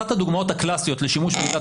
אחת הדוגמאות הקלאסיות לשימוש בעילת